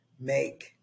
make